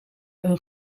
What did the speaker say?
een